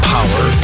Power